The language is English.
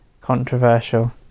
controversial